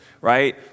right